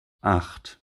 acht